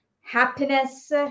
happiness